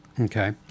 okay